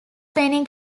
penny